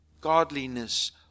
godliness